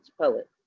poet